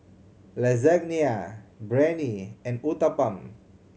Lasagna Biryani and Uthapam